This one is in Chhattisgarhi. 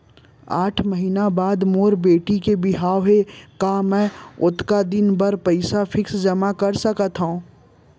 आठ महीना बाद मोर बेटी के बिहाव हे का मैं ओतका दिन भर पइसा फिक्स जेमा कर सकथव?